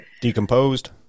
Decomposed